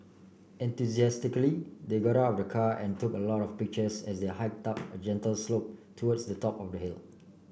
enthusiastically they got out of the car and took a lot of pictures as they hiked up a gentle slope towards the top of the hill